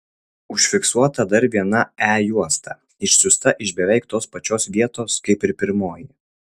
užfiksuota dar viena e juosta išsiųsta iš beveik tos pačios vietos kaip ir pirmoji